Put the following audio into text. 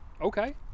Okay